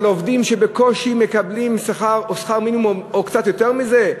על עובדים שבקושי מקבלים שכר מינימום או קצת יותר מזה.